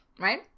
right